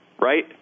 right